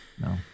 no